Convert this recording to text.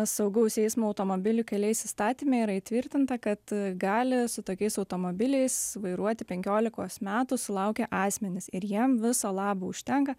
saugaus eismo automobilių keliais įstatyme yra įtvirtinta kad gali su tokiais automobiliais vairuoti penkiolikos metų sulaukę asmenys ir jiem viso labo užtenka